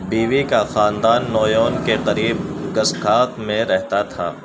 بیوی کا خاندان نویون کے قریب گسکاخ میں رہتا تھا